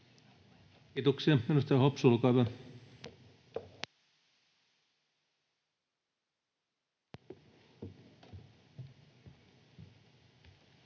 Kiitoksia.